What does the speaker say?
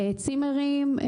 צימרים,